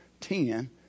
ten